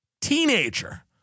teenager